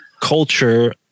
culture